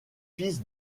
fils